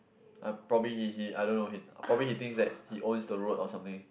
uh probably he he I don't know he probably he thinks that he owns the road or something